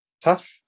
tough